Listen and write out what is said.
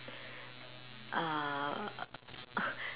uh